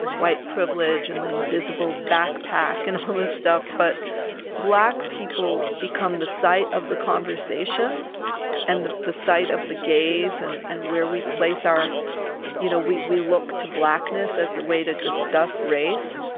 white privilege and the invisible backpack and all this stuff. but black people become the site of the conversation and the the sight of the gaze and and where we place our you know, we we look to blackness as the way to discuss race.